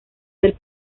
del